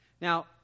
Now